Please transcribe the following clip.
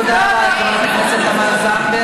תודה רבה לך, חברת הכנסת תמר זנדברג.